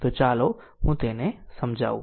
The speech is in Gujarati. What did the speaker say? તો ચાલો હું તેને સમજાવું